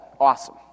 awesome